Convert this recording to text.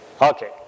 Okay